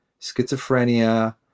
schizophrenia